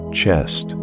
chest